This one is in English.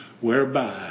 whereby